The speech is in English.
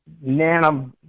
nano